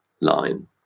line